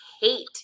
hate